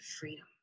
freedom